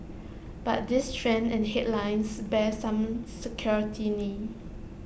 but these trends and headlines bear some scrutiny